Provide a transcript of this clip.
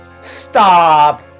Stop